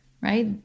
right